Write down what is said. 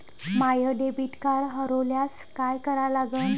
माय debit card हरोल्यास काय करा लागन?